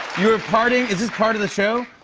you were partying. is this part of the show?